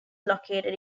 located